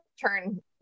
turn